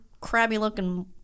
crabby-looking